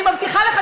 אני מבטיחה לך,